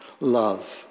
love